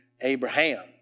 Abraham